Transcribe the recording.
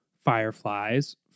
fireflies